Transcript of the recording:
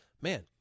man